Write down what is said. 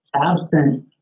absent